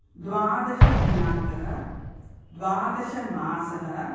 द्वादशदिनाङ्कः द्वादशमासः